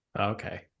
Okay